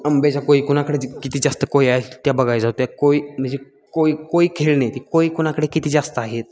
आंब्याच्या कोयी कोणाकडे किती जास्त कोयी आहेत त्या बघायचं त्या कोयी म्हणजे कोयी कोयी खेळणे कोयी कोणाकडे किती जास्त आहेत